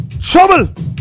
Trouble